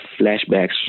flashbacks